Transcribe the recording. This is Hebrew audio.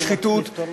בשחיתות,